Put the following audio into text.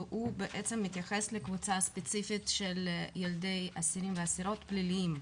והוא בעצם מתייחס לקבוצה ספיציפית של ילדי אסירים ואסירות פליליים.